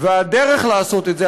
הדרך לעשות את זה,